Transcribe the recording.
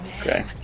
Okay